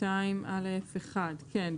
(2)(א)(1), כן.